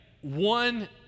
one